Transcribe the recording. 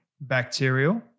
bacterial